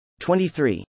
23